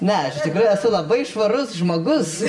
ne aš tikrai esu labai švarus žmogus